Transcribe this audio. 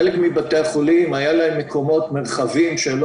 חלק מבתי החולים היו להם מקומות מרחביים שלא